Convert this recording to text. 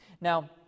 Now